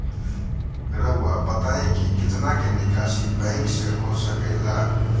रहुआ बताइं कि कितना के निकासी बैंक से हो सके ला?